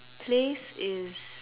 place is